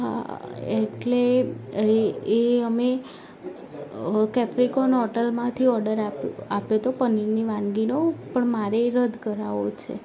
હા એટલે એ એ અમે કેપરિકોન હોટલમાંથી ઓડર આપ્યો તો પનીરની વાનગીનો પણ મારે એ રદ કરાવવો છે